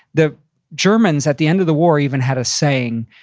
the germans at the end of the war even had a saying.